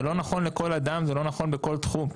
זה לא נכון לכל אדם, זה לא נכון לכל תחום.